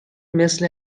مثل